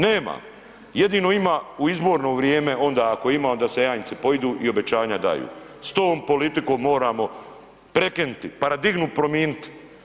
Nema, jedino ima u izborno vrijeme onda ako ima, onda se janjci pojidu i obećanja daju, s tom politikom moramo prekinuti, paradigmu promijeniti.